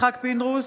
יצחק פינדרוס,